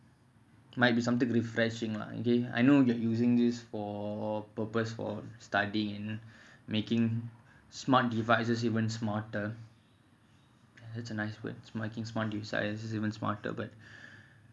might be something refreshing lah again I know you're using this for purpose for studying in making smart devices even smarter that's a nice word smoking's one sciences even spotted bird